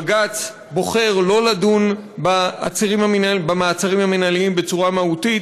בג"ץ בוחר לא לדון במעצרים המינהליים בצורה מהותית,